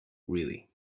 really